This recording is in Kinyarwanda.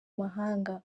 mahanga